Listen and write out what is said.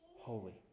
holy